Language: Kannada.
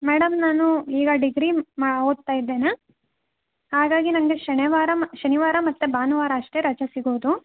ಮೇಡಮ್ ನಾನು ಈಗ ಡಿಗ್ರಿ ಮಾ ಓದ್ತಾ ಇದ್ದೇನ ಹಾಗಾಗಿ ನನಗೆ ಶನಿವಾರ ಶನಿವಾರ ಮತ್ತು ಭಾನುವಾರ ಅಷ್ಟೇ ರಜಾ ಸಿಗೋದು